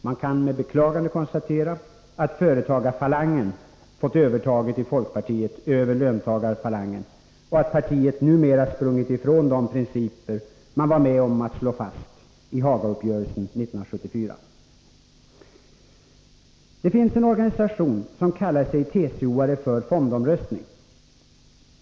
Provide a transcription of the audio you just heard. Man kan med beklagande konstatera att företagarfalangen fått övertaget i folkpartiet över löntagarfalangen och att partiet numera sprungit ifrån de principer man var med om att slå fast i Hagauppgörelsen 1974. Det finns en organisation som kallar sig TCO-are för fondomröstning.